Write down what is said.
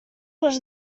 les